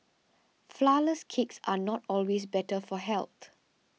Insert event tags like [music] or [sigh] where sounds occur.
Flourless Cakes are not always better for [unintelligible]